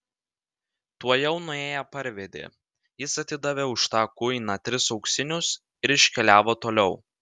tuojau nuėję parvedė jis atidavė už tą kuiną tris auksinus ir iškeliavo toliau